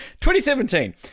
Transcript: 2017